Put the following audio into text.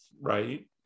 right